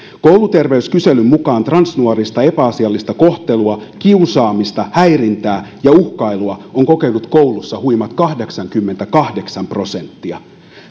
kouluterveyskyselyn mukaan transnuorista epäasiallista kohtelua kiusaamista häirintää ja uhkailua on kokenut koulussa huimat kahdeksankymmentäkahdeksan prosenttia